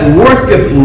worketh